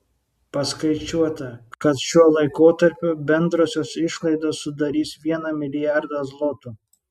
paskaičiuota kad šiuo laikotarpiu bendrosios išlaidos sudarys vieną milijardą zlotų